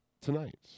tonight